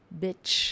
bitch